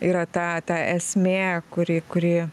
yra ta ta esmė kuri kuri